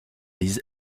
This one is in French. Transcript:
liz